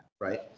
right